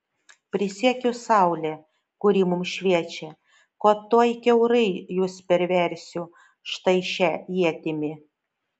prisiekiu saule kuri mums šviečia kad tuoj kiaurai jus perversiu štai šia ietimi